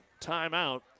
timeout